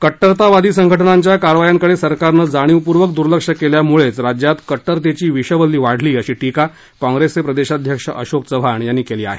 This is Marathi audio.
कट्टरतावादी संघटनांच्या कारवायांकडे सरकारनं जाणीवपूर्वक दुर्लक्ष केल्यामुळेच राज्यात कट्टरतेची विषवल्ली वाढली अशी टीका काँप्रेसचे प्रदेशाध्यक्ष अशोक चव्हाण यांनी केली आहे